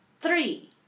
three